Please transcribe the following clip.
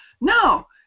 no